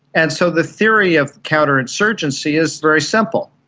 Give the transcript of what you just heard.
and so the theory of counterinsurgency is very simple.